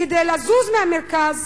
כדי לזוז מהמרכז